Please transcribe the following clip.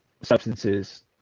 substances